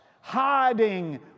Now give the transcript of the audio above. hiding